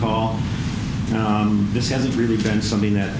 call this has really been something that